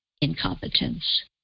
incompetence